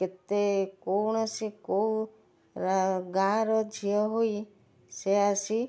କେତେ କୌଣସି କେଉଁ ଗାଁ ର ଝିଅ ହୋଇ ସେ ଆସି